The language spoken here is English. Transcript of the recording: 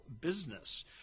business